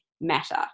matter